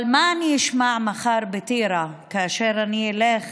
אבל מה אני אשמע מחר בטירה, כאשר אני אלך